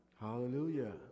Hallelujah